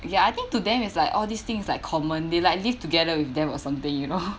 ya I think to them is like all these thing is like common they like live together with them or something you know